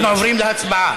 אנחנו עוברים להצבעה.